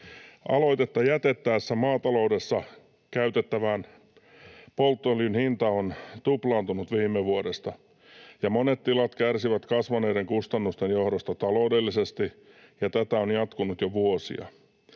Aloitetta jätettäessä maataloudessa käytettävän polttoöljyn hinta on tuplaantunut viime vuodesta ja monet tilat kärsivät kasvaneiden kustannusten johdosta taloudellisesti, ja tätä on jatkunut jo vuosia.